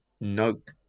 Nope